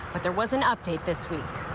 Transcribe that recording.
but there was an update this week.